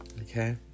Okay